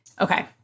okay